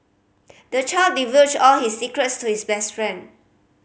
the child divulged all his secrets to his best friend